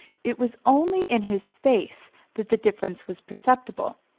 it was only in his face that the difference was perceptible,